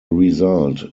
result